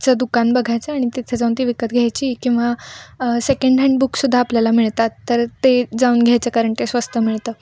चं दुकान बघायचं आणि तिथे जाऊन ती विकत घ्यायची किंवा सेकेंड हॅन्ड बुक सुद्धा आपल्याला मिळतात तर ते जाऊन घ्यायचं कारण ते स्वस्त मिळतं